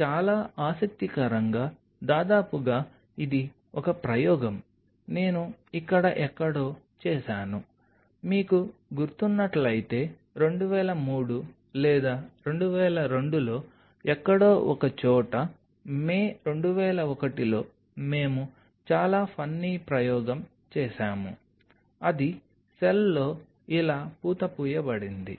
చాలా ఆసక్తికరంగా దాదాపుగా ఇది ఒక ప్రయోగం నేను ఇక్కడ ఎక్కడో చేశాను మీకు గుర్తున్నట్లయితే 2003 లేదా 2002లో ఎక్కడో ఒకచోట మే 2001లో మేము చాలా ఫన్నీ ప్రయోగం చేసాము అది సెల్లో ఇలా పూత పూయబడింది